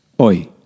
oi